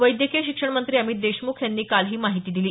वैद्यकीय शिक्षणमंत्री अमित देशमुख यांनी काल ही माहिती दिली